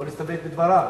או להסתפק בדבריו,